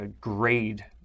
grade